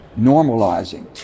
normalizing